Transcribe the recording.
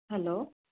hello